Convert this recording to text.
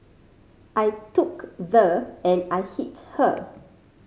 I took the and I hit her